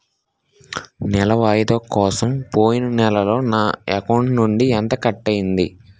నెల వాయిదా కోసం పోయిన నెలలో నా అకౌంట్ నుండి ఎంత కట్ అయ్యింది?